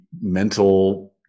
mental